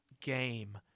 game